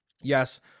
yes